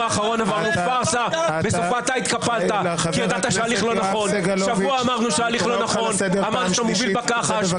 חבר הכנסת קריב, אני קורא אותך לסדר פעם שלישית.